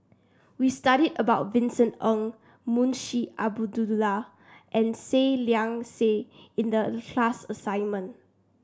we studied about Vincent Ng Munshi and Seah Liang Seah in the class assignment